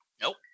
nope